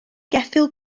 geffyl